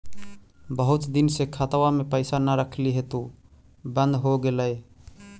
बहुत दिन से खतबा में पैसा न रखली हेतू बन्द हो गेलैय?